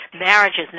marriages